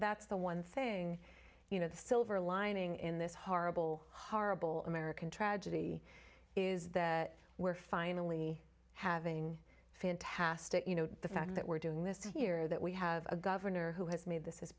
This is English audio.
that's the one thing you know the silver lining in this horrible horrible american tragedy is that we're finally having fantastic you know the fact that we're doing this here that we have a governor who has made this